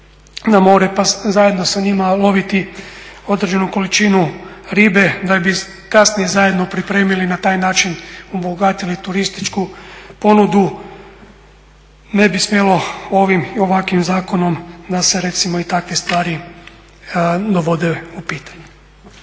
na more pa zajedno sa njima loviti određenu količinu ribe da bi kasnije zajedno pripremili i na taj način obogatili turističku ponudu. Ne bi smjelo ovim i ovakvim zakonom da se recimo i takve stvari dovode u pitanje.